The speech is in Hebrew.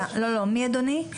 לא, מי אדוני?